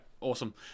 awesome